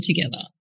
together